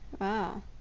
wow